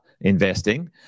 investing